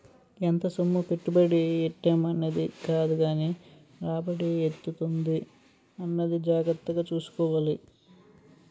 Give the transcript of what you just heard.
ఎంత సొమ్ము పెట్టుబడి ఎట్టేం అన్నది కాదుగానీ రాబడి ఎంతుంది అన్నది జాగ్రత్తగా సూసుకోవాలి